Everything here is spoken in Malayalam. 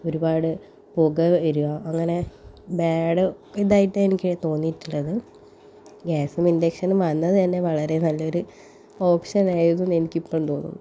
ഒരുപാട് പുക വരുക അങ്ങനെ ബാഡ് ഇതായിട്ട് എനിക്ക് തോന്നിട്ടുള്ളത് ഗ്യാസും ഇൻഡക്ഷനും വന്നത് തന്നെ വളരെ നല്ലൊരു ഓപ്ഷൻ ആയിരുന്നു എന്ന് എനിക്ക് ഇപ്പോൾ തോന്നുന്നു